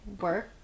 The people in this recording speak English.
work